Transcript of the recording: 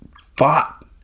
fought